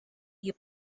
you